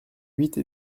huit